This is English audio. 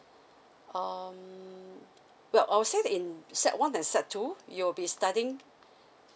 um well I will say in sec one and sec two you will be studying